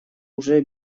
уже